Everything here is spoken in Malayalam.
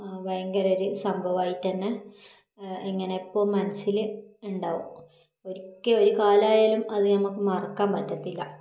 ഭയങ്കര ഒരു സംഭവമായിട്ട് തന്നെ ഇങ്ങനെ എപ്പോഴും മനസ്സിൽ ഉണ്ടാവും ഒരിക്കൽ ഒരു കാലമായാലും അത് നമുക്ക് മറക്കാൻ പറ്റത്തില്ല